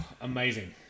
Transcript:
amazing